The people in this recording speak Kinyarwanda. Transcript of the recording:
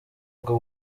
bwo